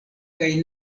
kaj